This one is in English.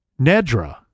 Nedra